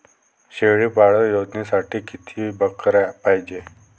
शेळी पालन योजनेसाठी किती बकऱ्या पायजे?